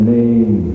name